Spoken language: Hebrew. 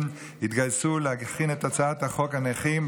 התגייסו להכין את הצעת חוק הנכים,